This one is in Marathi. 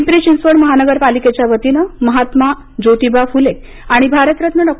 पिंपरी चिंचवड महानगरपालिकेच्या वतीने महात्मा ज्योतिबा फुले आणि भारतरत्न डॉ